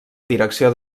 direcció